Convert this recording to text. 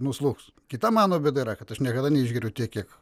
nuslūgs kita mano bėda yra kad aš niekada neišgeriu tiek kiek